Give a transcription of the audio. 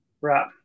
Right